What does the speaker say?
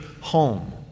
home